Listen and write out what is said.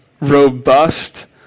robust